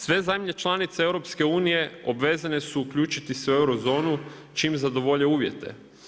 Sve zemlje članice EU obvezane su uključiti se u euro zonu, čim zadovolje uvjete.